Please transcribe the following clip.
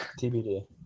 tbd